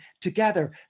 together